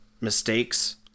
mistakes